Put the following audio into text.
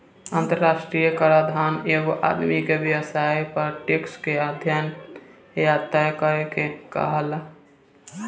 अंतरराष्ट्रीय कराधान एगो आदमी के व्यवसाय पर टैक्स के अध्यन या तय करे के कहाला